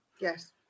Yes